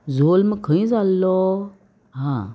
जल्म खंय जाल्लो हां